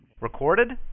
Recorded